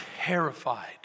terrified